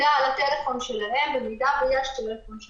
אבל גם את הפגיעה הפוטנציאלית ואת הסיכון לבריאות